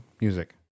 music